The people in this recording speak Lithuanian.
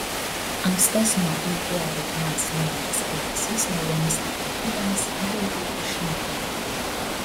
ankstesnio ip vaidmens nulemtas elgesys naujomis aplinkybėmis greitai išnyko